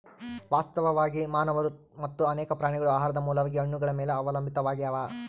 ವಾಸ್ತವವಾಗಿ ಮಾನವರು ಮತ್ತು ಅನೇಕ ಪ್ರಾಣಿಗಳು ಆಹಾರದ ಮೂಲವಾಗಿ ಹಣ್ಣುಗಳ ಮೇಲೆ ಅವಲಂಬಿತಾವಾಗ್ಯಾವ